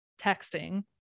texting